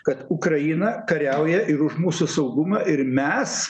kad ukraina kariauja ir už mūsų saugumą ir mes